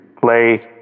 play